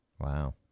Wow